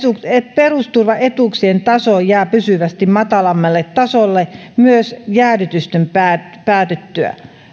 perusturvaetuuksien taso jää pysyvästi matalammalle tasolle myös jäädytysten päätyttyä päätyttyä